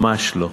ממש לא.